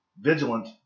vigilant